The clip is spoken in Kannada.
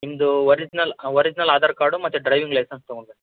ನಿಮ್ದು ವರಿಜಿನಲ್ ವರಿಜಿನಲ್ ಆಧಾರ್ ಕಾರ್ಡು ಮತ್ತು ಡ್ರೈವಿಂಗ್ ಲೈಸೆನ್ಸ್ ತೊಗೊಂಡು ಬನ್ನಿ